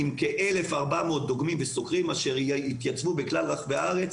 עם כ-1,400 דוגמים וסוקרים שיתייצבו בכל רחבי הארץ,